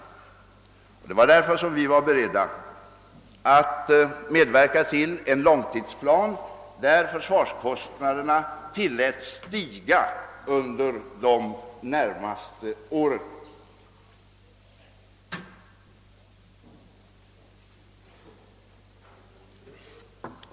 Det var där för som vi var beredda att medverka till en långtidsplan som tillät försvarskostnaderna att stiga under de närmaste åren.